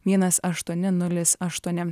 vienas aštuoni nulis aštuoni